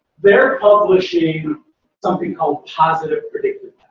they're publishing something called positive predictive